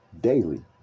daily